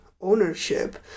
ownership